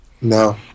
No